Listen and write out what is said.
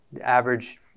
average